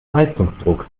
leistungsdruck